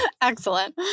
Excellent